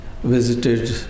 visited